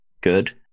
good